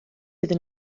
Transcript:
iddyn